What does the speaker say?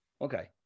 Okay